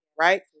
right